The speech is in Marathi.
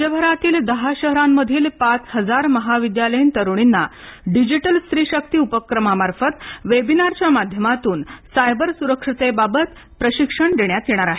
राज्यभरातील दहा शहरांमधील पाच हजार महाविद्यालयीन तरूणींना डिजीटल स्त्री शक्ती उपक्रमामार्फत वेबिनारच्या माध्यमातून सायबर सुरक्षेबाबत प्रशिक्षण देण्यात येणार आहे